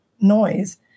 noise